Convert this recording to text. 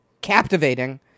captivating